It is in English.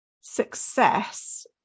success